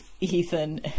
Ethan